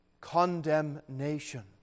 condemnation